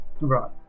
Right